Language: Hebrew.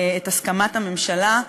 את הסכמת הממשלה.